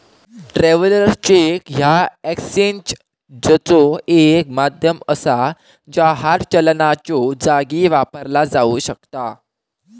travellers cheque ह्या एक्सचेंजचो एक माध्यम असा ज्या हार्ड चलनाच्यो जागी वापरला जाऊ शकता